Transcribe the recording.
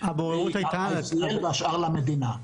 ICL והשאר על חשבון המדינה.